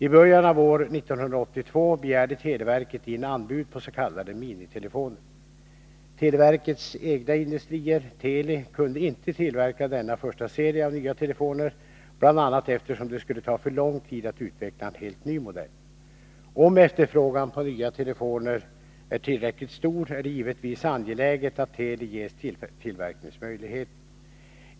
I början av år 1982 begärde televerket in anbud på s.k. minitelefoner. Televerkets egna industrier, Teli, kunde inte tillverka denna första serie av nya telefoner, bl.a. eftersom det skulle ta för lång tid att utveckla en helt ny modell. Om efterfrågan på nya telefoner är tillräckligt stor, är det givetvis angeläget att Teli ges tillverkningsmöjligheter.